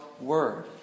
Word